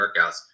workouts